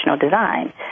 Design